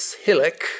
hillock